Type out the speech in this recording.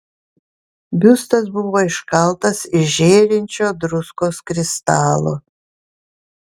biustas buvo iškaltas iš žėrinčio druskos kristalo